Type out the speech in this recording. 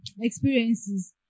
experiences